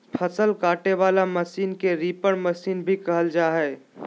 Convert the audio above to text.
फसल काटे वला मशीन के रीपर मशीन भी कहल जा हइ